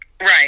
Right